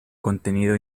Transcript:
contenido